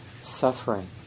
suffering